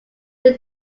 then